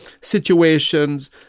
situations